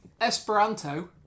Esperanto